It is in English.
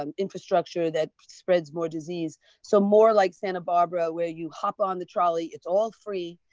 um infrastructure that spreads more disease. so more like santa barbara where you hop on the trolley, it's all free,